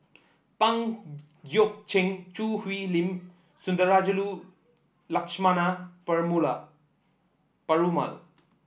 Pang Guek Cheng Choo Hwee Lim Sundarajulu Lakshmana Perumal